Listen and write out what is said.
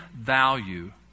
value